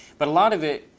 but a lot of it,